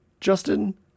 Justin